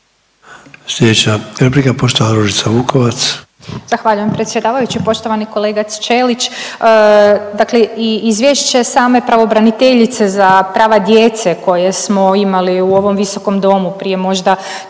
Sljedeća replika, poštovana Ružica Vukovac.